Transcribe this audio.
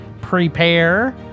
prepare